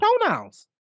pronouns